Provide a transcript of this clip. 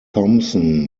thompson